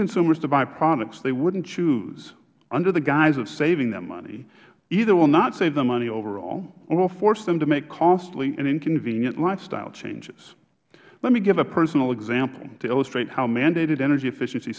consumers to buy products they wouldn't choose under the guise of saving them money either will not save them money overall or will force them to make costly and inconvenient lifestyle changes let me give a personal example to illustrate how mandated energy efficiency